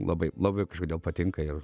labai labai kažkodėl patinka ir